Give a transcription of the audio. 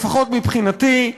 לפחות מבחינתי,